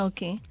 Okay